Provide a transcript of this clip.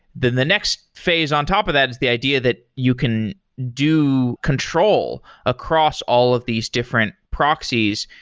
then the next phase on top of that is the idea that you can do control across all of these different proxies,